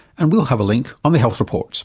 and we'll have a link on the health report